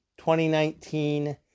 2019